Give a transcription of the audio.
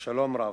"שלום רב.